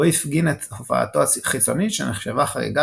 בו הפגין את הופעתו החיצונית שנחשבה חריגה